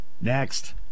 Next